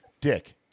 Dick